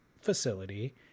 facility